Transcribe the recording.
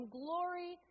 glory